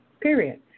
period